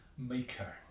Maker